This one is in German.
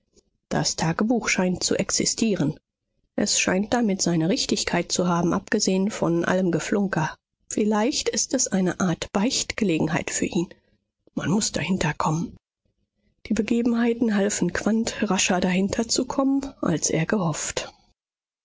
das tagebuch scheint zu existieren es scheint damit seine richtigkeit zu haben abgesehen von allem geflunker vielleicht ist es eine art beichtgelegenheit für ihn man muß dahinterkommen die begebenheiten halfen quandt rascher dahinterzukommen als er gehofft